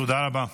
תודה רבה.